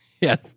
Yes